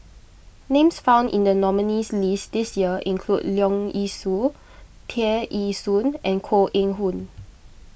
names found in the nominees' list this year include Leong Yee Soo Tear Ee Soon and Koh Eng Hoon